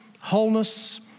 wholeness